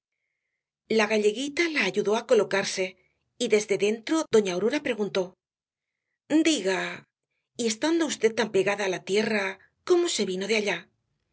la galleguita la ayudó á colocarse y desde dentro doña aurora preguntó diga y estando v tan pegada á la tierra cómo se vino de allá